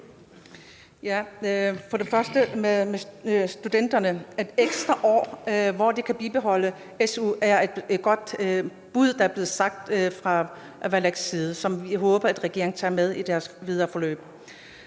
Først med hensyn til studenterne: Et ekstra år, hvor de kan bibeholde SU, er et godt bud, der blev foreslået fra Avalaks side, og som jeg håber regeringen tager med i det videre forløb.